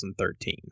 2013